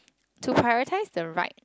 to prioritise the right